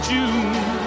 June